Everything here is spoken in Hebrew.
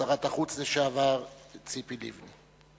שרת החוץ לשעבר ציפי לבני,